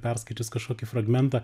perskaičius kažkokį fragmentą